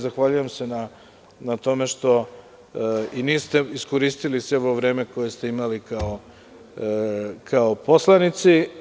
Zahvaljujem vam se što niste iskoristili svo vreme koje ste imali kao poslanici.